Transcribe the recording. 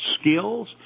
skills